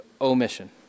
omission